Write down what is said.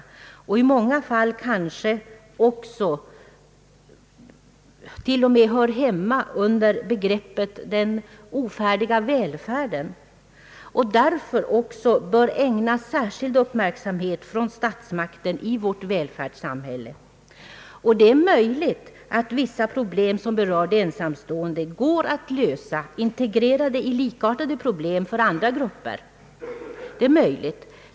I många fall kanske den rent av hör hemma under begreppet »den ofärdiga välfärden», varför den bör ägnas särskild uppmärksamhet från statsmakternas sida i vårt välfärdssamhälle. Det är möjligt att vissa problem som berör de ensamstående går att lösa genom att integreras i likartade problem för andra grupper.